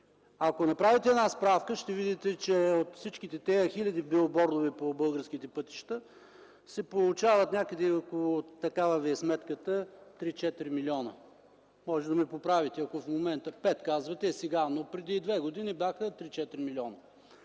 Ако направите справка, ще видите, че от всичките тези хиляди билбордове по българските пътища се получават някъде около – такава Ви е сметката, 3-4 милиона. Можете да ме поправите. Пет, казвате, е сега, но преди две години бяха 3-4 милиона.